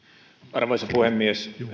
arvoisa puhemies